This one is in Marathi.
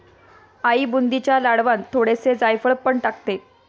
आई बुंदीच्या लाडवांत थोडेसे जायफळ पण टाकते